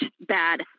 bad